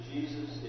Jesus